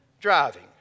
driving